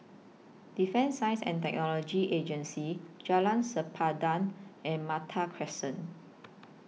Defence Science and Technology Agency Jalan Sempadan and Malta Crescent